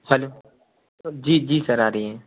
hello जी जी sir आ रही है